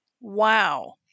Wow